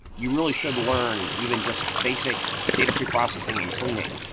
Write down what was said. you really should learn even just basic data pre-processing and cleaning.